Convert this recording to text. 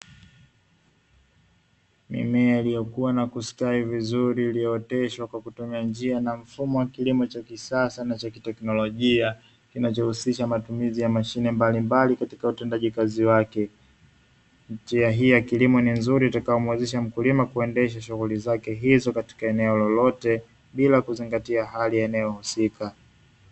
Mimea iliyokuwa na kustawi vizuri iliyooteshwa kwa kutumia njia na mfumo wa kilimo cha kisasa na cha kiteknolojia kinachohusisha matumizi ya maji Katika utendaji kazi wake. Njia hii ya kilimo ni nzuri itakayomwezesha mkulima kuendesha shughuli zake hizo katika eneo lolote bila kuzingatia hali eneo husika.